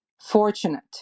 fortunate